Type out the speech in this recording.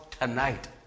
tonight